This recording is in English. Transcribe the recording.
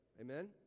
Amen